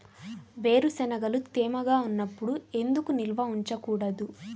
వేరుశనగలు తేమగా ఉన్నప్పుడు ఎందుకు నిల్వ ఉంచకూడదు?